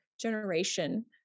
generation